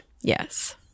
Yes